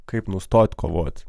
kaip nustot kovot